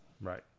Right